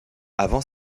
avant